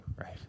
right